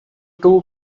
two